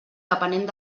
depenent